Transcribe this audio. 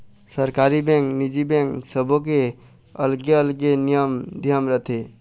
सरकारी बेंक, निजी बेंक सबो के अलगे अलगे नियम धियम रथे